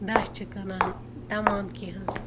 دَچھ چھِ کٕنان تَمام کینٛہہ حظ